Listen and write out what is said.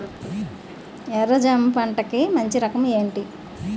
ఎర్ర జమ పంట కి మంచి రకం ఏంటి?